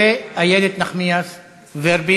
(ביטול עסקה ברוכלות ועסקת מכר מרחוק